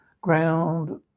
ground